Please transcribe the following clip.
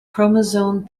chromosome